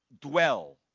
dwell